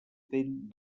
dent